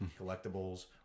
collectibles